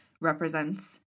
represents